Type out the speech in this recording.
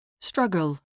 Struggle